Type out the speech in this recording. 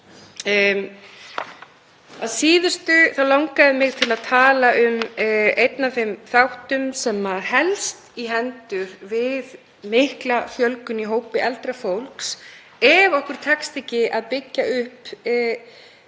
Að síðustu langaði mig til að tala um einn af þeim þáttum sem helst í hendur við mikla fjölgun í hópi eldra fólks ef okkur tekst ekki að byggja upp